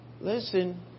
Listen